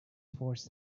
forced